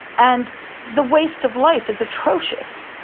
and the waste of life is atrocious.